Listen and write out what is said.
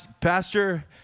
Pastor